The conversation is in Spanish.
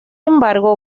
embargo